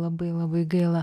labai labai gaila